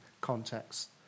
context